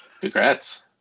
Congrats